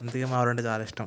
అందుకే మా ఊరు అంటే చాలా ఇష్టం